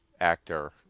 actor